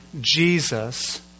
Jesus